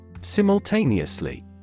Simultaneously